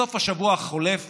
בסוף השבוע החולף